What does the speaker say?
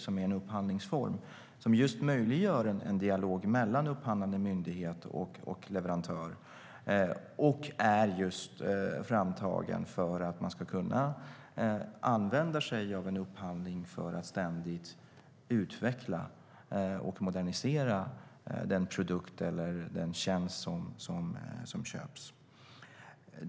Det är en upphandlingsform som möjliggör en dialog mellan upphandlande myndighet och leverantör. Den är framtagen just för att man ska kunna använda sig av en upphandling för att ständigt utveckla och modernisera den produkt eller den tjänst som köps.